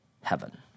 heaven